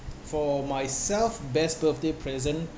for myself best birthday present